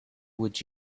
would